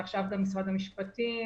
ועכשיו גם משרד המשפטים,